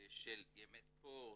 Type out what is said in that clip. של ימי ספורט,